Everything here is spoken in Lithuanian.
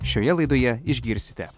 šioje laidoje išgirsite